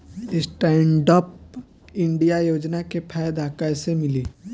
Stand up India योजना के फायदा कैसे मिली?